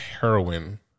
heroin